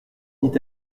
dit